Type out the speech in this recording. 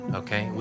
okay